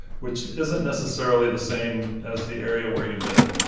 which isn't necessarily the same as the area where you live.